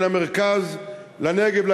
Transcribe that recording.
בין המרכז לנגב,